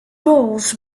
goals